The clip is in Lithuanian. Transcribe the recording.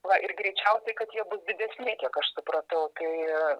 va ir greičiausiai kad jie bus didesni kiek aš supratau tai